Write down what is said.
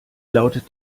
lautet